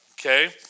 Okay